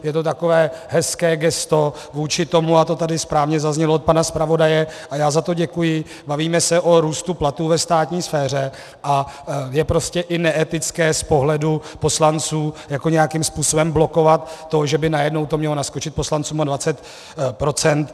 Je to takové hezké gesto vůči tomu, a to tady správně zaznělo od pana zpravodaje a já za to děkuji, bavíme se o růstu platů ve státní sféře a je prostě i neetické z pohledu poslanců nějakým způsobem blokovat to, že by najednou to mělo naskočit poslancům o 20 procent.